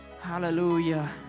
Hallelujah